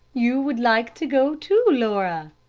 you would like to go too, laura,